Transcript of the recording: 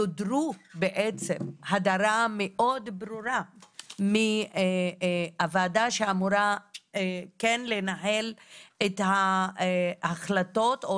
יודרו בעצם הדרה מאוד ברורה מהוועדה שאמורה כן לנהל את ההחלטות או